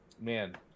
man